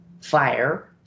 fire